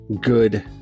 good